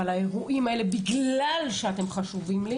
אבל האירועים האלה בגלל שאתם חשובים לי